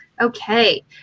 okay